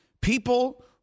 People